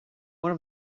one